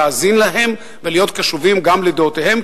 להאזין להם ולהיות קשובים גם לדעותיהם,